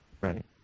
Right